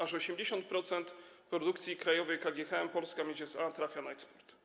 Aż 80% produkcji krajowej KGHM Polska Miedź SA trafia na eksport.